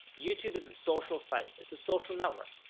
youtube is a social site, it's a social network.